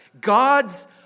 God's